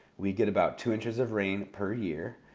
we get about two inches of rain per year,